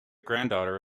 granddaughter